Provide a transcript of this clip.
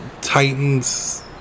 Titans